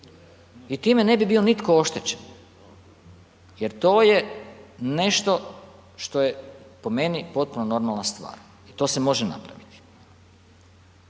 i time ne bi bio nitko oštećen jer to je nešto što je po meni potpuno normalna stvar i to se može napraviti.